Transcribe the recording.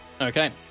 Okay